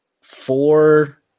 four